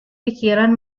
pikiran